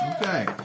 Okay